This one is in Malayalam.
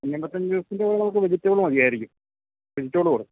തണ്ണിമത്തൻ ജ്യൂസിൻറ കൂടെ നമുക്ക് വെജിറ്റബിള് മതിയായിരിക്കും വെജിറ്റബിള് കൂടി